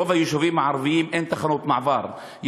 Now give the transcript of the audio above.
ברוב היישובים הערביים אין תחנות מעבר,